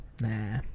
Nah